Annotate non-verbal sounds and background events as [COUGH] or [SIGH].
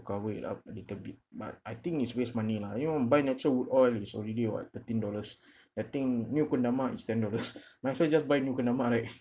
cover it up a little bit but I think is waste money lah you know buy natural wood oil is already what thirteen dollars [BREATH] that thing new kendama is ten dollars [LAUGHS] might as well just buy new kendama right